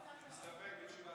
להסתפק בדברי השרה.